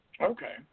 Okay